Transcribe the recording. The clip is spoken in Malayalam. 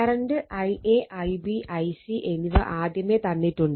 കറണ്ട് Ia Ib Ic എന്നിവ ആദ്യമേ തന്നിട്ടുണ്ട്